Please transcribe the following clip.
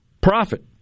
profit